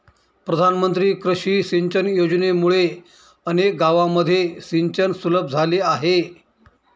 प्रधानमंत्री कृषी सिंचन योजनेमुळे अनेक गावांमध्ये सिंचन सुलभ झाले आहे